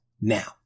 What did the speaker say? now